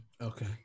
okay